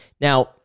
Now